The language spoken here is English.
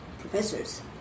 Professors